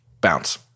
bounce